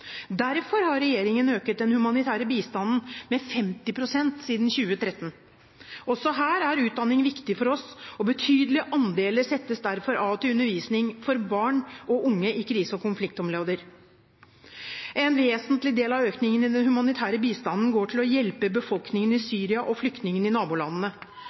Derfor har regjeringen økt den humanitære bistanden med 50 pst. siden 2013. Også her er utdanning viktig for oss, og betydelige andeler settes derfor av til undervisning for barn og unge i krise- og konfliktområder. En vesentlig del av økningen i den humanitære bistanden går til å hjelpe befolkningen i Syria og flyktningene i nabolandene.